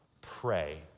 pray